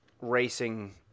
racing